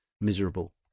miserable